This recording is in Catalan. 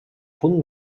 punt